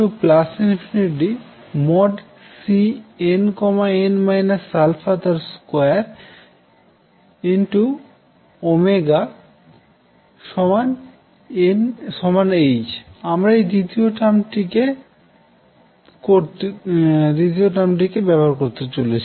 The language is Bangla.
2nn αh এখন আমি দ্বিতীয় টার্মকে করতে চলেছি